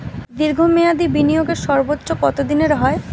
দীর্ঘ মেয়াদি বিনিয়োগের সর্বোচ্চ কত দিনের হয়?